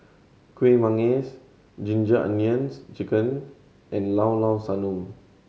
Kueh Manggis Ginger Onions Chicken and Llao Llao Sanum